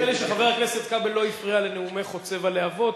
נדמה לי שחבר הכנסת כבל לא הפריע לנאומך חוצב הלהבות.